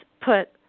put